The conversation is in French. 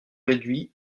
réduit